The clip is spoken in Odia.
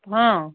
ହଁ